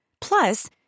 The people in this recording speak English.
Plus